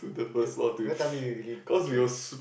do~ don't tell me you really drink